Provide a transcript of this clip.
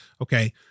Okay